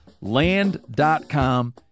Land.com